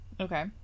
Okay